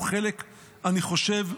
אני חושב,